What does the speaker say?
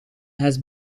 has